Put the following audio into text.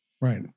Right